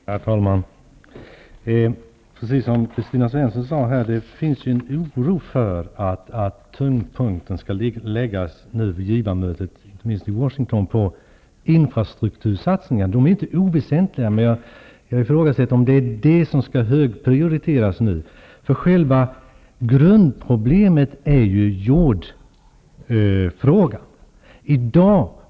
Herr talman! Precis som Kristina Svensson sade finns de en oro för att tyngd punkten på givarmötet i Washington skall läggas på infrastruktursatsningar. De är inte oväsentliga, men jag ifrågasätter om de skall högprioriteras nu. Själva grundproblemet är ju jordfrågan.